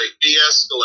de-escalate